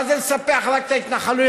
מה זה לספח רק את ההתנחלויות?